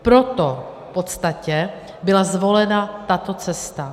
Proto v podstatě byla zvolena tato cesta.